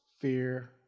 fear